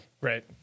Right